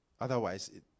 Otherwise